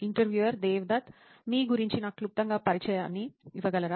interviewer Devdatt మీ గురించి నాకు క్లుప్త పరిచయాన్ని ఇవ్వగలరా